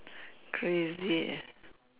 crazy eh